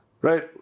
right